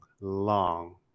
long